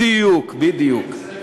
בדיוק, בדיוק.